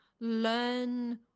learn